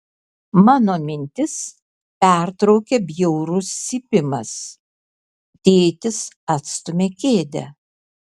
mano mintis pertraukia bjaurus cypimas tėtis atstumia kėdę